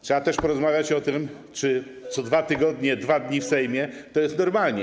Trzeba też porozmawiać o tym, czy co 2 tygodnie 2 dni w Sejmie to jest normalnie.